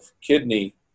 kidney